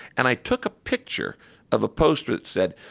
and i took a picture of a poster that said,